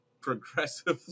progressively